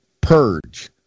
purge